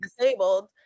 disabled